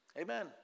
Amen